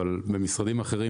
אבל במשרדים אחרים,